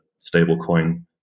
stablecoin